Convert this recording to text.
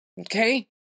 okay